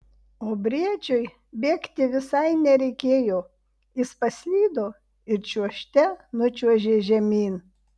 o briedžiui bėgti visai nereikėjo jis paslydo ir čiuožte nučiuožė žemyn